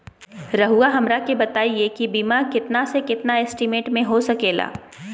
रहुआ हमरा के बताइए के बीमा कितना से कितना एस्टीमेट में हो सके ला?